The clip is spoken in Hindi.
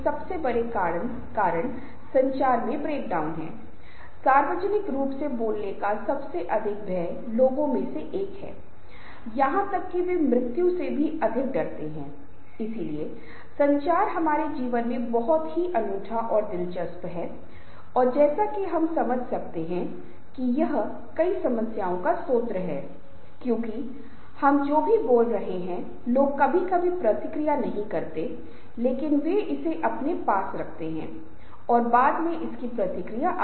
इसलिए मेरे अन्य व्याख्यानों में समूह का गठन बहुत महत्वपूर्ण है मैं समूह की गतिशीलता के बारे में बात करूंगा फिर मैं इन मुद्दों से संबंधित विस्तार से चर्चा करूंगा लेकिन कुछ जो समूह में महत्वपूर्ण हैं वह यह है कि लोग एक दूसरे के लिए अच्छे संबंध के लिए क्या कर रहे हैं और संचार चल रहा है